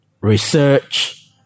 research